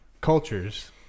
cultures